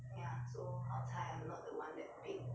ya so 好彩 I'm not the one that paid